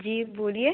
जी बोलिए